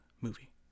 movie